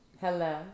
hello